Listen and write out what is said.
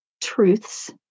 truths